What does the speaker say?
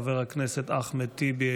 חבר הכנסת אחמד טיבי,